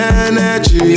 energy